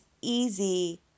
easy